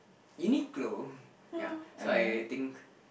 Uniqlo ya so I think